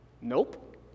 nope